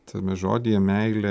tame žodyje meilė